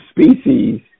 species